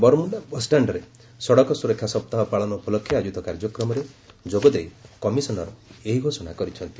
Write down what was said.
ବରମୁଣ୍ଡା ବସ୍ଷାଣ୍ଡରେ ସଡକ ସୁରକ୍ଷା ସପ୍ତାହ ପାଳନ ଉପଲକ୍ଷେ ଆୟୋଜିତ କାର୍ଯ୍ୟକ୍ରମରେ ଯୋଗଦେଇ କମିଶନର ଏହି ଘୋଷଣା କରିଛନ୍ତି